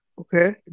Okay